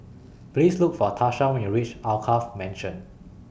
Please Look For Tarsha when YOU REACH Alkaff Mansion